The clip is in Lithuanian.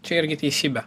čia irgi teisybė